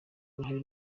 uruhare